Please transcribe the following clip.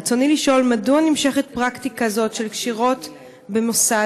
רצוני לשאול: מדוע נמשכת פרקטיקה זאת של קשירות במוסד,